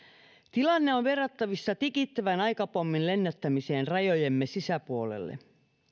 tilanne on verrattavissa tikittävän aikapommin lennättämiseen rajojemme sisäpuolelle